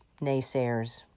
naysayers